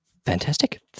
Fantastic